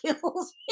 kills